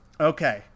okay